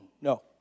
No